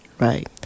right